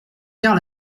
perds